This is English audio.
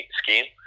scheme